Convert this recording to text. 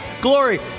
Glory